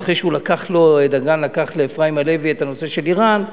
ואחרי שדגן לקח לאפרים הלוי את הנושא של אירן,